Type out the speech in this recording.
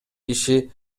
иши